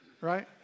right